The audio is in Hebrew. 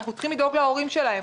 אנחנו צריכים לדאוג להורים שלהם,